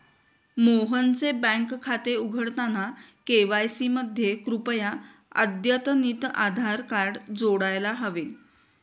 मोहनचे बँक खाते उघडताना के.वाय.सी मध्ये कृपया अद्यतनितआधार कार्ड जोडायला हवे